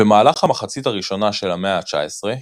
במהלך המחצית הראשונה של המאה ה-19,